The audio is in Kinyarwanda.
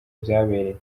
byabereye